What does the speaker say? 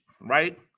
right